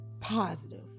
positive